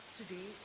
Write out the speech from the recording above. today